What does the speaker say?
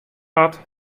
hat